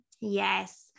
Yes